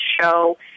show